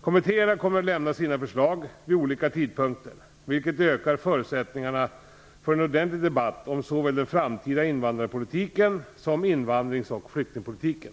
Kommittéerna kommer att lämna sina förslag vid olika tidpunkter, vilket ökat förutsättningarna att få en ordentlig debatt om såväl den framtida invandrarpolitiken som invandrings och flyktingpolitiken.